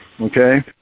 okay